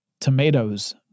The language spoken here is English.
tomatoes